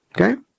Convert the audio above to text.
okay